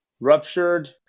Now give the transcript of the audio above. ruptured